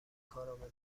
کارامل